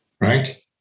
Right